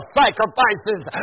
sacrifices